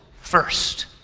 first